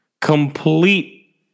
complete